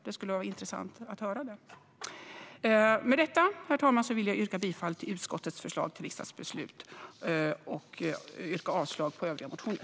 Det skulle vara intressant att höra. Med detta, herr talman, vill jag yrka bifall till utskottets förslag till riksdagsbeslut och avslag på övriga motioner.